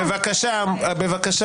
בבקשה.